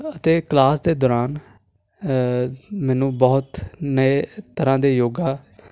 ਅਤੇ ਕਲਾਸ ਦੇ ਦੌਰਾਨ ਮੈਨੂੰ ਬਹੁਤ ਨਵੇਂ ਤਰ੍ਹਾਂ ਦੇ ਯੋਗਾ